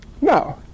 No